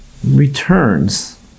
returns